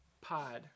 pod